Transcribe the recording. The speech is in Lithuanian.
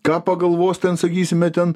ką pagalvos ten sakysime ten